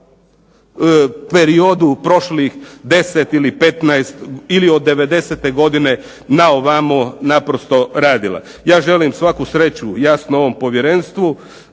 periodu prošlih 10 ili 15, ili od 90. godine na ovamo naprosto radilo. Ja želim svaku sreću jasno ovom povjerenstvu.